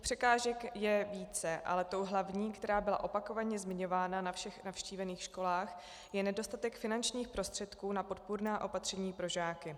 Překážek je více, ale tou hlavní, která byla opakovaně zmiňována na všech navštívených školách, je nedostatek finančních prostředků na podpůrná opatření pro žáky.